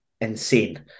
insane